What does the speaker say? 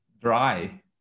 Dry